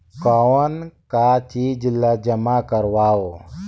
कौन का चीज ला जमा करवाओ?